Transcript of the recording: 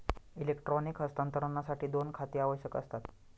electronic हस्तांतरणासाठी दोन खाती आवश्यक असतात